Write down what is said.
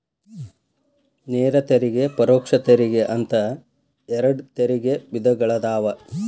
ನೇರ ತೆರಿಗೆ ಪರೋಕ್ಷ ತೆರಿಗೆ ಅಂತ ಎರಡ್ ತೆರಿಗೆ ವಿಧಗಳದಾವ